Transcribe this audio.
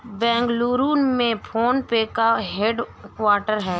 बेंगलुरु में PhonePe का headquarter हैं